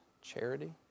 charity